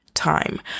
time